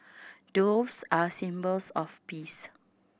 doves are symbols of peace